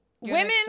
Women